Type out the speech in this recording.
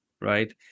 right